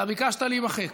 אתה ביקשת להימחק.